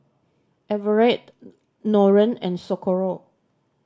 Everett Nolen and Socorro